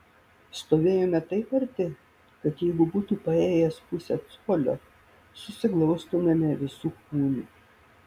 stovėjome taip arti kad jeigu būtų paėjęs pusę colio susiglaustumėme visu kūnu